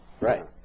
Right